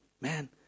Man